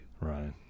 Right